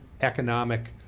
economic